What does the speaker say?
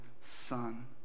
son